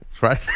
right